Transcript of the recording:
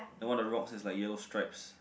then one of the rocks is like yellow strips